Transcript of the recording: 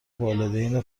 والدین